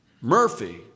Murphy